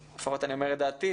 לפחות אני אומר את דעתי,